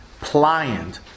pliant